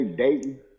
dating